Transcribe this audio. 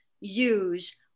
use